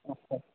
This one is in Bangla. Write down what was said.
আচ্ছা